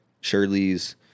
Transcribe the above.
Shirley's